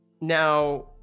Now